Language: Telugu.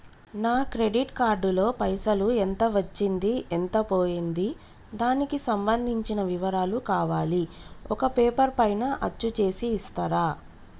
నా క్రెడిట్ కార్డు లో పైసలు ఎంత వచ్చింది ఎంత పోయింది దానికి సంబంధించిన వివరాలు కావాలి ఒక పేపర్ పైన అచ్చు చేసి ఇస్తరా?